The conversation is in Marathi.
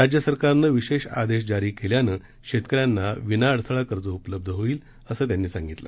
राज्य सरकारनं विशेष आदेश जारी केल्यानं शेतकऱ्यांना विना अडथळा कर्ज उपलब्ध होईल असं त्यांनी सांगितलं